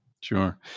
Sure